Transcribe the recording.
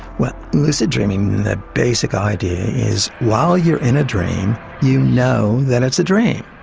well, lucid dreaming, the basic idea is while you are in a dream you know that it's a dream.